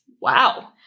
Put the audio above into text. Wow